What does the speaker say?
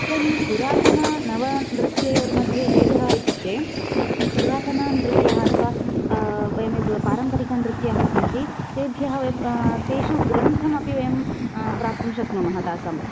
इदानीं पुरातन नव नृत्ययोर्मध्ये भेदः इत्युक्ते पुरातननृत्यः अथवा वयं यत् पारम्पारिकनृत्यः सन्ति तेभ्यः वयं तेषु ग्रन्थमपि वयं प्राप्तुं शक्नुमः तासाम्